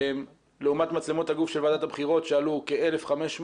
לעומת מצלמות הגוף של ועדת הבחירות שעלו כ-1,500,